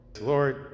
Lord